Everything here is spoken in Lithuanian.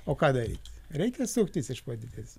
o ką daryt reikia suktis iš padėties